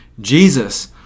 Jesus